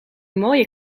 mooie